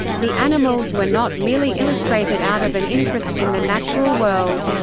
the animals were not merely illustrated out of an interest in the natural world.